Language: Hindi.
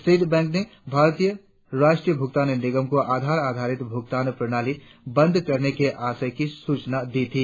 स्टेट बैंक ने भारतीय राष्ट्रीय भूगतान निगम को आधार आधारित भूगतान प्रणाली बंद करने के आशय की सूचना दी थी